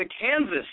Kansas